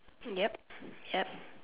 yup yup